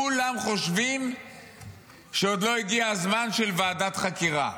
כולם חושבים שעוד לא הגיע הזמן לוועדת חקירה.